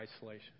isolation